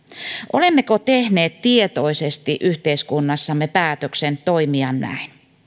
olemmeko tehneet tietoisesti yhteiskunnassamme päätöksen toimia näin